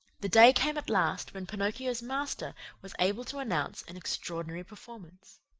the day came at last when pinocchio's master was able to announce an extraordinary performance.